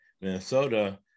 Minnesota